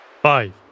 Five